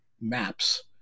maps